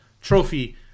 trophy